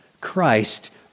Christ